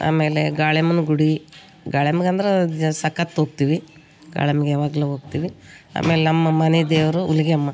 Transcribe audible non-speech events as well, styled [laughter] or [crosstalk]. ಆಮೇಲೆ ಗಾಳಿಯಮ್ಮನ್ ಗುಡಿ ಗಾಳಿಯಮ್ಮಗ್ ಅಂದ್ರೆ [unintelligible] ಸಕ್ಕಾತ್ ಹೋಗ್ತೀವಿ ಗಾಳಿಯಮ್ಮಗ್ ಯಾವಾಗಲು ಹೋಗ್ತೀವಿ ಆಮೇಲೆ ನಮ್ಮ ಮನೆ ದೇವರು ಹುಲಿಗೆಮ್ಮ